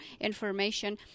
information